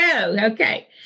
Okay